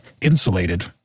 insulated